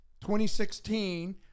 2016